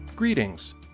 Greetings